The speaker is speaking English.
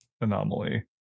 anomaly